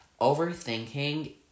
overthinking